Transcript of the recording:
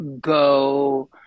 go